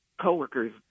coworker's